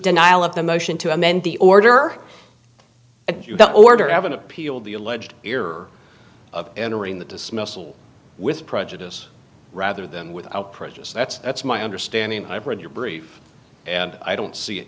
denial of the motion to amend the order of order haven't appealed the alleged error of entering the dismissal with prejudice rather than without prejudice that's that's my understanding and i've read your brief and i don't see